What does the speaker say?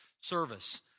service